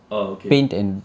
oh okay